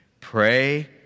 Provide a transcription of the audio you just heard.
Pray